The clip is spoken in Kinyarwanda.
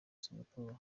singapore